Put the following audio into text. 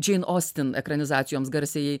džein ostin ekranizacijoms garsiajai